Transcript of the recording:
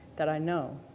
that i know,